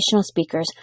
speakers